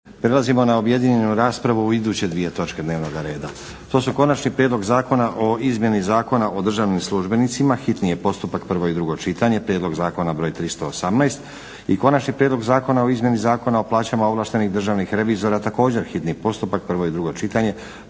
Prelazimo na objedinjenu raspravu o iduće dvije točke dnevnog reda: - Konači prijedlog zakona o izmjeni Zakona o državnim službenicima, hitni postupak, prvo i drugo čitanje, PZ br. 318 - Konačni prijedlog zakona o izmjeni Zakona o plaćama državnih revizora, hitni postupak, prvo i drugo čitanje,